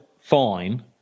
fine